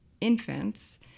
infants